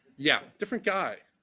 yeah, different guy